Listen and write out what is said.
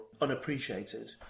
unappreciated